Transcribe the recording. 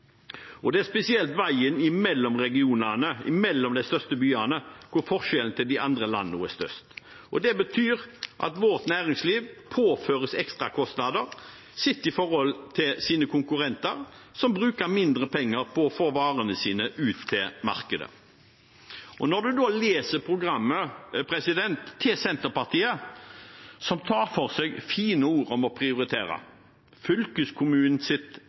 Det er spesielt når det kommer til veiene mellom regionene, mellom de største byene, at forskjellen til de andre landene er størst. Det betyr at vårt næringsliv påføres ekstrakostnader sett i forhold til sine konkurrenter, som bruker mindre penger på å få varene sine ut til markedet. Når en da leser programmet til Senterpartiet, som tar for seg av fine ord om å prioritere